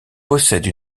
possède